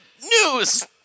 news